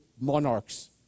monarchs